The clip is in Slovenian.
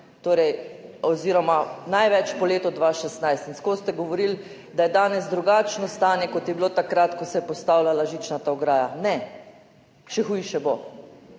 torej oziroma največ po letu 2016 in skoz ste govorili, da je danes drugačno stanje, kot je bilo takrat, ko se je postavljala žičnata ograja. Ne, še hujše bo